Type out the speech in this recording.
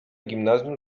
gimnazjum